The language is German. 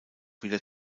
wieder